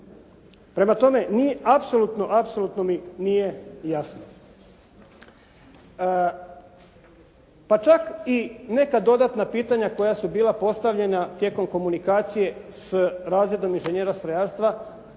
apsolutno, apsolutno mi nije jasno. Pa čak i neka dodatna pitanja koja su bila postavljena tijelom komunikacije sa razredom inženjera strojarstva